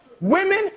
women